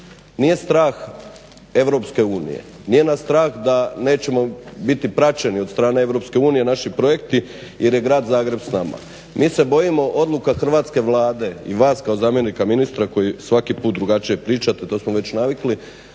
nije strah Europske unije, nije nas strah da nećemo biti praćeni od strane Europske unije naši projekti jer je Grad Zagreb s nama. Mi se bojimo odluka hrvatske Vlade i vas kao zamjenika ministra koji svaki put drugačije pričate. To smo već navikli.